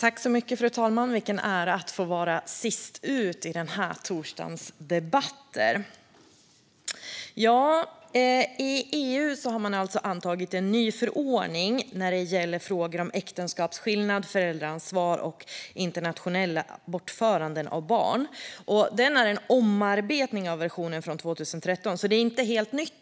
Fru talman! Vilken ära att få vara sist ut i den här torsdagens debatter! I EU har man alltså antagit en ny förordning när det gäller frågor om äktenskapsskillnad, föräldraansvar och internationella bortföranden av barn. Den är en omarbetning av versionen från 2003, så det här är inte något helt nytt.